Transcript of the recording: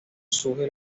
surge